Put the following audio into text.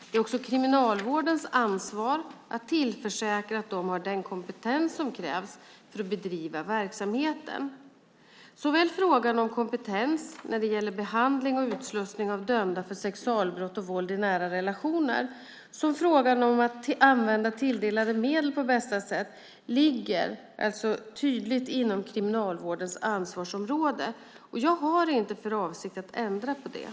Det är också Kriminalvårdens ansvar att tillförsäkra att de har den kompetens som krävs för att bedriva verksamheten. Såväl frågan om kompetens när det gäller behandling och utslussning av dömda för sexualbrott och våld i nära relationer som frågan om att använda tilldelade medel på bästa sätt ligger alltså tydligt inom Kriminalvårdens ansvarsområde. Jag har inte för avsikt att ändra på det.